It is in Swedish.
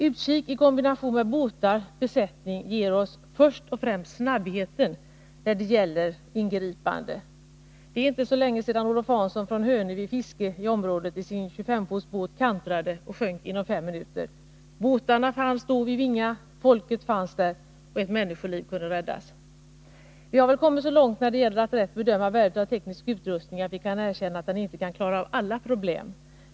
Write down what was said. Utkik i kombination med båtar-besättning ger oss först och främst snabbhet när det gäller ingripande. Det är inte så länge sedan Olof Hanson från Hönö vid fiske i området kantrade i sin 25 fots båt, vilken sjönk inom fem minuter. Båtarna fanns då vid Vinga, folket fanns där, och ett människoliv räddades. Vi har väl kommit så långt när det gäller att rätt bedöma värdet av teknisk utrustning att vi kan erkänna att den inte kan klara av alla problem.